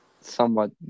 somewhat